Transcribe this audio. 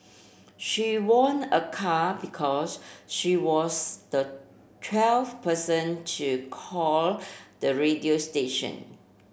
she won a car because she was the twelfth person to call the radio station